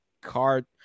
card